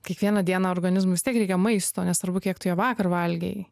kiekvieną dieną organizmui vis tiek reikia maisto nesvarbu kiek tu jo vakar valgei